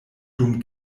dum